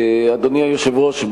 אדוני היושב-ראש,